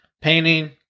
painting